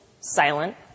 silent